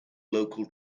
local